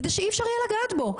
כדי שאי אפשר יהיה לגעת בו,